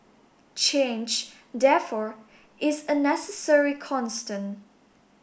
change therefore is a necessary constant